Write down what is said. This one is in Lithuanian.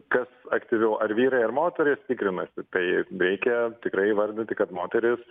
kas aktyviau ar vyrai ar moterys tikrinasi tai reikia tikrai įvardinti kad moterys